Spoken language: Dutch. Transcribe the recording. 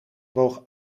woog